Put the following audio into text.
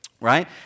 right